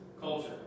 culture